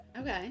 Okay